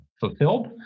fulfilled